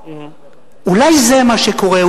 אולי זה מה שקורה,